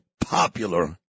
popular